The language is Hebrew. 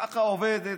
ככה עבדה